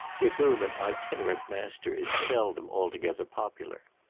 with whom an itinerant master is seldom altogether popular.